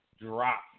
drop